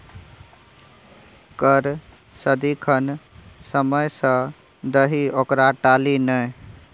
कर सदिखन समय सँ दही ओकरा टाली नै